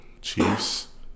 Chiefs